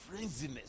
Frenziness